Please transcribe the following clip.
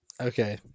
Okay